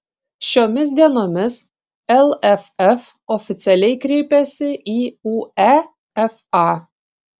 šiomis dienomis lff oficialiai kreipėsi į uefa